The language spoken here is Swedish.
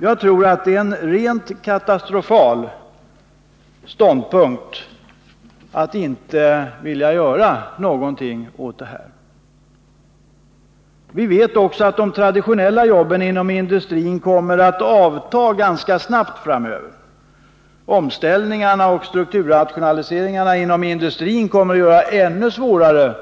Jag tror att det är en rent katastrofal ståndpunkt att inte vilja göra någonting åt detta. Vi vet också att de traditionella jobben inom industrin kommer att avta ganska snabbt framöver. Omställningarna och strukturrationaliseringarna inom industrin kommer att göra det ännu svårare